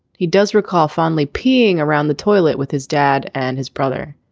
he does recall fondly peeing around the toilet with his dad and his brother.